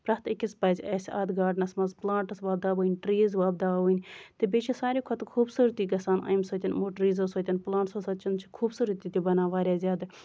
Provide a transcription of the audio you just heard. پرٮ۪تھ أکِس پَزِ اَسہِ اَتھ گاڈنَس منٛز پٔلانٹٔس وۄپداؤنۍ ٹریٖز وۄپداؤنۍ تہٕ بیٚیہِ چھِ ساروی کھۄتہٕ خوٗبصوٗرتی گژھان اَمہِ سۭتۍ یِمو ٹریٖزن سۭتۍ پٔلانٹسَن سۭتۍ چھِ خوٗبصوٗرتی تہِ بَنان واریاہ زیادٕ